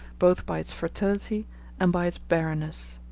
both by its fertility and by its barrenness.